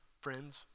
friends